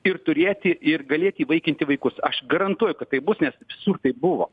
ir turėti ir galėti įvaikinti vaikus aš garantuoju kad taip bus nes visur taip buvo